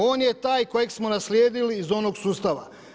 On je taj kojeg smo naslijedili iz onog sustava.